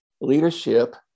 leadership